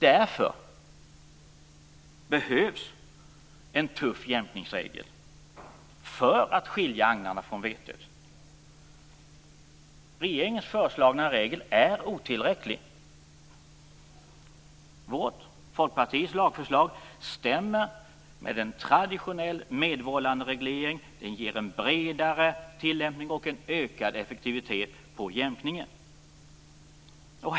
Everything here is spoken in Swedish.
Det behövs en tuff jämkningsregel för att skilja agnarna från vetet. Regeringens föreslagna regel är otillräcklig. Folkpartiets lagförslag stämmer med en traditionell medvållandereglering. Det ger en bredare tillämpning och en ökad effektivitet vad gäller jämkningen.